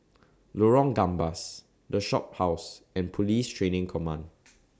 Lorong Gambas The Shophouse and Police Training Command